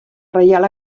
reial